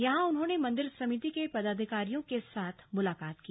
यहां उन्होंने मंदिर समिति के पदाधिकारियों के साथ मुलाकात की